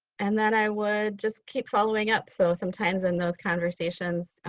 and then i would just keep following up. so sometimes in those conversations,